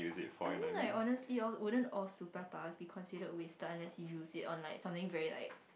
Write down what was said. I mean like honestly all wouldn't all superpowers be considered wasted unless you use it on like something very like